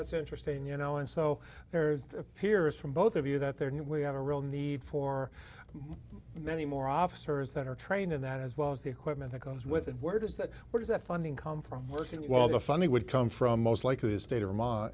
it's interesting you know and so there's appears from both of you that there and we have a real need for many more officers that are trained in that as well as the equipment that goes with it where does that what does that funding come from working well the funny would come from most likely a state o